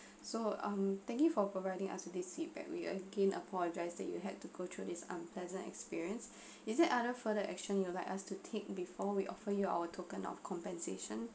so um thank you for providing us today this feedback we again apologize that you had to go through this unpleasant experience is it other further action you will like us to take before we offer you our token of compensation